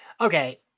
okay